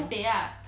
taipei ah